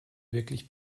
wirklich